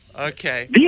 okay